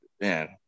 man